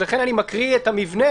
לכן אני מקריא את המבנה.